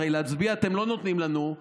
הרי להצביע אתם לא נותנים לנו,